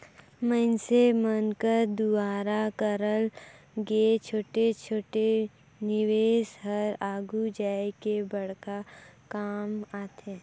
मइनसे मन कर दुवारा करल गे छोटे छोटे निवेस हर आघु जाए के बड़खा काम आथे